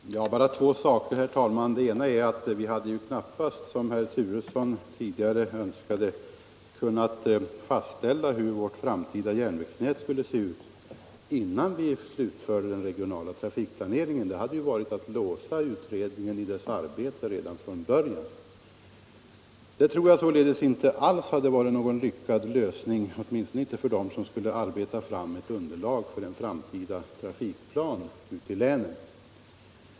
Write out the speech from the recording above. Herr talman! Bara två saker. Det ena är att vi knappast hade, som herr Turesson tidigare önskade, kunnat fastställa hur vårt framtida järnvägsnät skall se ut innan vi slutförde den regionala trafikplaneringen. Det hade varit detsamma som att låsa utredningens arbete redan från början. Det tror jag således inte alls skulle ha varit någon lyckad lösning, åtminstone inte för dem som skulle arbeta fram ett underlag för en framtida trafikplan ute i länen.